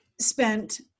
spent